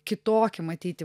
kitokį matyti